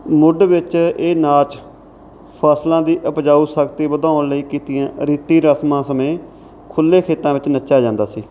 ਮੁੱਢ ਵਿੱਚ ਇਹ ਨਾਚ ਫ਼ਸਲਾਂ ਦੀ ਉਪਜਾਊ ਸ਼ਕਤੀ ਵਧਾਉਣ ਲਈ ਕੀਤੀਆਂ ਰੀਤੀ ਰਸਮਾਂ ਸਮੇਂ ਖੁੱਲ੍ਹੇ ਖੇਤਾਂ ਵਿੱਚ ਨੱਚਿਆ ਜਾਂਦਾ ਸੀ